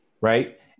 right